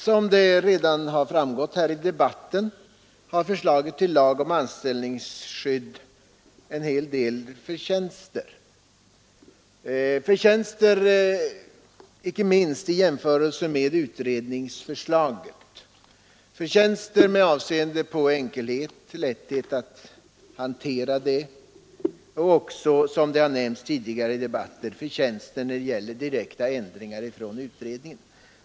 Som redan har framgått av debatten har förslaget till lag om anställningsskydd en hel del förtjänster — förtjänster med avseende på enkelhet, på större lätthet att hantera det som åstadkommits genom ändringar av utredningsförslaget.